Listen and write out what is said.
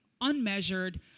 unmeasured